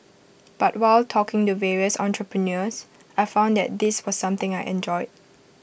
but while talking to various entrepreneurs I found that this was something I enjoyed